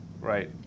right